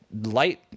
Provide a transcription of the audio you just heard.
light